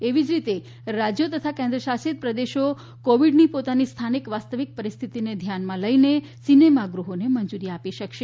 એવી જ રીતે રાજ્યો તથા કેન્ફશાસિત પ્રદેશો કોવીડની પોતાની સ્થાનિક વાસ્તવિક પરિસ્થિતિને ધ્યાનમાં લઇને સિનેમાગૃહોને મંજુરી આપી શકશે